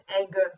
anger